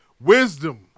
Wisdom